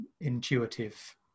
intuitive